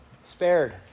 spared